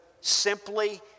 simply